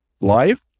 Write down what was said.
live